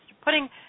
putting